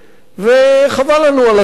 וחבל לנו על הזמן,